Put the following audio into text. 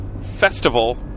festival